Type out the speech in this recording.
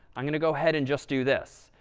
i'm going to go ahead and just do this.